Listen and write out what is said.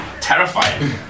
Terrifying